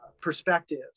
perspective